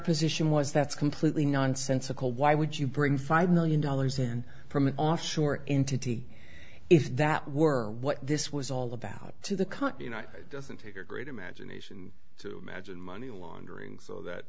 position was that's completely nonsensical why would you bring five million dollars in from an offshore entity if that were what this was all about to the country you know it doesn't take a great imagination to imagine money laundering so that